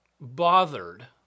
bothered